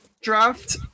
draft